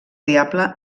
diable